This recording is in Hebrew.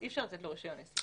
אי אפשר לתת לו רישיון עסק.